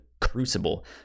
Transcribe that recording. crucible